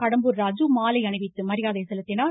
கடம்பூர் ராஜு மாலை அணிவித்து மரியாதை செலுத்தினார்